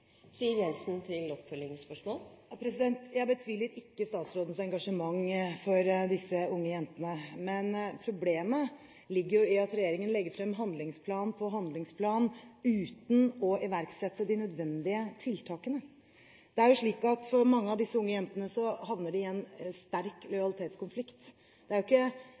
Jeg betviler ikke statsrådens engasjement for disse unge jentene, men problemet ligger i at regjeringen legger frem handlingsplan på handlingsplan uten å iverksette de nødvendige tiltakene. Det er jo slik at mange av disse unge jentene havner i en sterk lojalitetskonflikt. Det er jo ikke